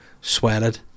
sweated